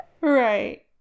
Right